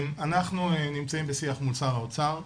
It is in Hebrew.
אנחנו נמצאים בשיח מול שר האוצר,